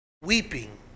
weeping